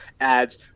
adds